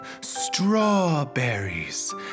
strawberries